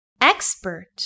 Expert